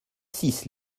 six